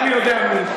אינני יודע מי,